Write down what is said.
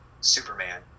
Superman –